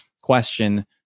question